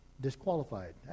disqualified